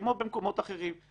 כמו במקומות אחרים.